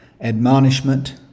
admonishment